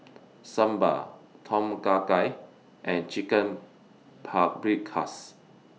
Sambar Tom Kha Gai and Chicken Paprikas